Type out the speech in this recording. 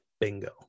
Bingo